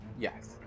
Yes